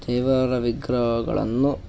ದೇವರ ವಿಗ್ರಹಗಳನ್ನು